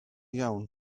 iawn